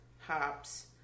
hops